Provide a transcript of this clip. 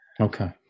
Okay